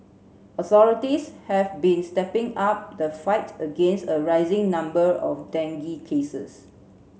authorities have been stepping up the fight against a rising number of dengue cases